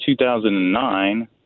2009